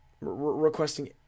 requesting